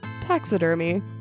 taxidermy